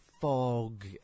fog